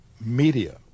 media